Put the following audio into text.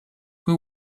who